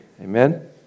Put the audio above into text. Amen